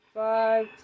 Five